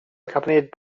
accompanied